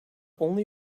only